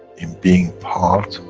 in being part,